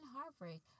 heartbreak